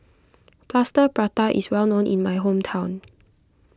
Plaster Prata is well known in my hometown